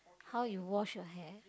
how you wash your hair